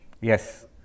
Yes